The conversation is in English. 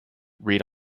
read